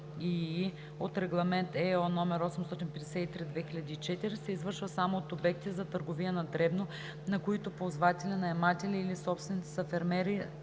от Регламент (ЕО) № 853/2004 се извършва само от обекти за търговия на дребно, на които ползватели, наематели или собственици са фермери